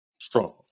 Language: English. Strong